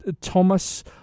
Thomas